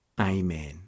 Amen